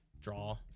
draw